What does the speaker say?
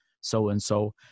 so-and-so